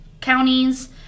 counties